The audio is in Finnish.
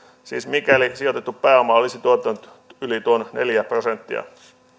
siis mikäli sijoitettu pääoma olisi tuottanut yli tuon neljä prosenttia